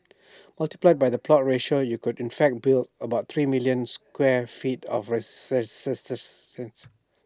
multiplied by the plot ratio you could in fact build about three million square feet of